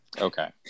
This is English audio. Okay